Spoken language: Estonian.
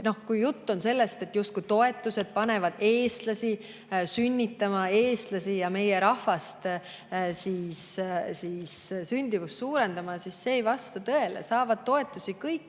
Kui jutt on sellest, et justkui toetused panevad eestlasi sünnitama ja meie rahva sündimust suurendama, siis see ei vasta tõele. Toetusi